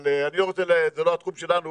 אבל זה לא התחום שלנו